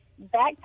Back